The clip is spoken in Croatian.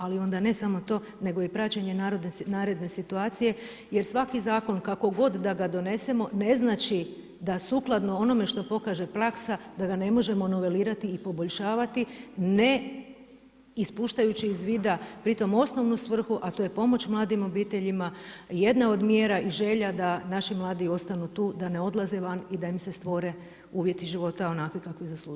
Ali onda ne samo to nego i praćenje naredne situacije jer svaki zakon kako god da ga donesemo ne znači da sukladno onome što pokaže praksa da ga ne možemo novelirati i poboljšavati, ne ispuštajući iz vida pri tome osnovnu svrhu a to je pomoć mladim obiteljima jedne od mjera i želja da naši mladi ostanu tu, da ne odlaze van i da im se stvore uvjeti života onakvi kakvi zaslužuju.